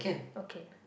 okay